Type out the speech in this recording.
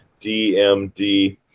DMD